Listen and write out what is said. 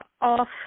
off